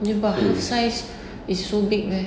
ya but half size is so big meh